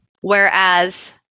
Whereas